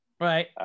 right